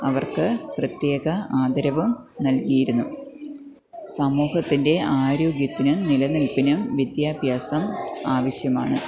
അവർക്ക് പ്രത്യേക ആദരവും നൽകിയിരുന്നു സമൂഹത്തിൻറ്റെ ആരോഗ്യത്തിനും നിലനിൽപ്പിനും വിദ്യാഭ്യാസം ആവശ്യമാണ്